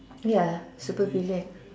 ya super villain